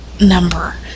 number